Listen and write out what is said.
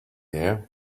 here